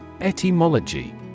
etymology